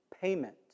payment